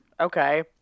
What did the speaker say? okay